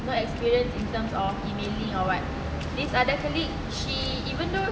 no experience in terms of emailing or what this other colleague she even though